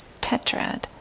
tetrad